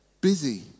busy